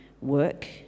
work